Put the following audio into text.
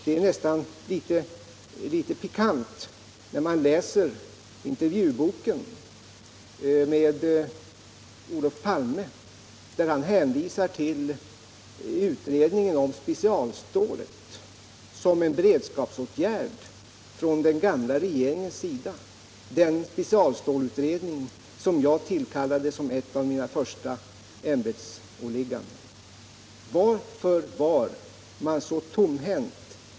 Det är nästan litet pikant att läsa intervjuboken med Olof Palme, där han hänvisar till utredningen om specialstålet såsom en beredskapsåtgärd från den gamla regeringen, den specialstålsutredning som jag tillkallade som ett av mina första ämbetsåligganden. Varför var man så tomhänt?